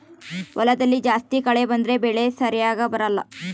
ಹೊಲದಲ್ಲಿ ಜಾಸ್ತಿ ಕಳೆ ಬಂದ್ರೆ ಬೆಳೆ ಸರಿಗ ಬರಲ್ಲ